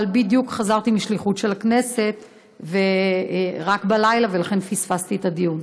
אבל בדיוק חזרתי משליחות של הכנסת רק בלילה ולכן פספסתי את הדיון.